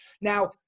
now